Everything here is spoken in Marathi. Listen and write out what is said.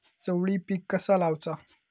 चवळी पीक कसा लावचा?